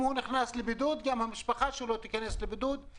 אם אדם נכנס לבידוד אז גם המשפחה שלו תיכנס לבידוד,